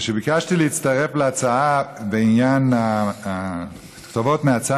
כאשר ביקשתי להצטרף להצעה בעניין כתובות נאצה